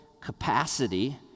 capacity